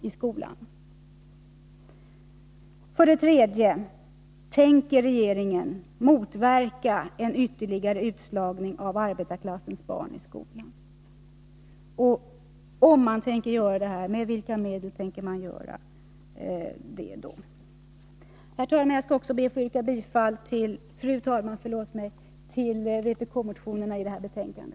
Jag ber att få yrka bifall till de vpk-motioner som behandlas i detta betänkande.